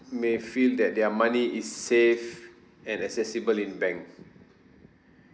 may feel that their money is safe and accessible in bank